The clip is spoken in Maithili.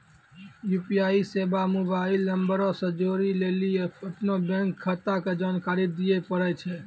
यू.पी.आई सेबा मोबाइल नंबरो से जोड़ै लेली अपनो बैंक खाता के जानकारी दिये पड़ै छै